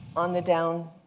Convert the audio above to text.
on the downturn,